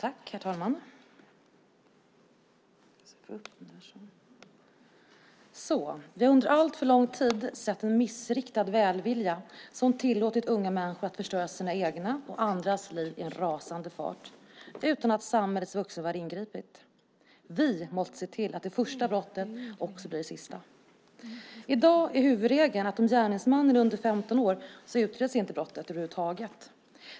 Herr talman! Vi har under alltför lång tid sett en missriktad välvilja som tillåtit människor att förstöra sina egna och andras liv i en rasande fart utan att samhällets vuxenvärld ingripit. Vi måste se till att det första brottet också blir det sista. I dag är huvudregeln att om gärningsmannen är under 15 år så utreds inte brottet över huvud taget.